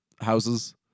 houses